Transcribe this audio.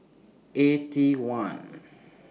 Eighty One